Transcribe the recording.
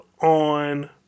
on